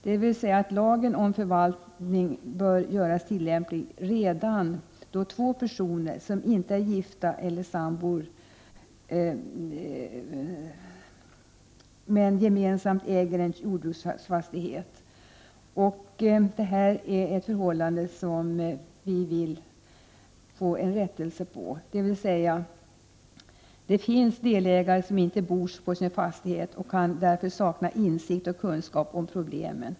Det betyder att lagen om förvaltning bör göras tillämplig redan då två personer som inte är gifta eller] sambor gemensamt äger en jordbruksfastighet. Detta är ett förhållande som vi vill rätta till. Det finns delägare som inte bor på sin fastighet och därför ka sakna insikt och kunskap om problemen.